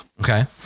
okay